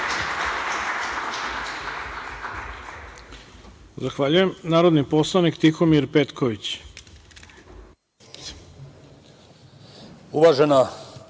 Zahvaljujem. Reč ima narodni poslanik Tihomir Petković.